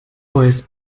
voice